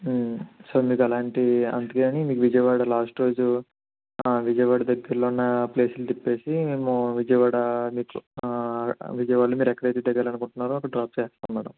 so మీకు అలాంటి అంతే గానీ మీకు విజయవాడ లాస్ట్ రోజు ఆ విజయవాడ దగ్గరలో ఉన్నప్లేసులు తిప్పేసి మేము విజయవాడ మీకు విజయవాడలో మీరు ఎక్కడైతే దిగాలి అనుకుంటున్నారో అక్కడ డ్రాప్ చేస్తాం మేడమ్